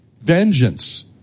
Vengeance